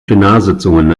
plenarsitzungen